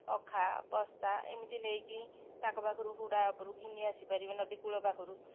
ଅଖା ବସ୍ତା ଏମିତି ନେଇକି ତାଙ୍କ ପାଖରୁ ହୁଡ଼ା ଉପରୁ ଘିନି ଆସିପାରିବେ ନଦୀ କୂଳ ପାଖରୁ